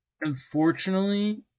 unfortunately